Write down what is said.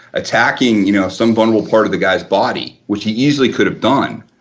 attacking you know some vulnerable part of the guys body which he easily could've done,